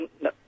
No